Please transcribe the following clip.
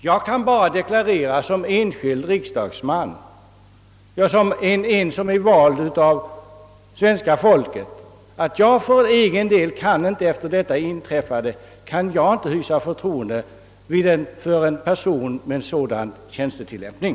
Jag kan bara som riksdagsman vald av det svenska folket deklarera, att jag efter det som inträffat för egen del inte kan hysa förtroende för en person med sådan tjänsteutövning.